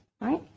right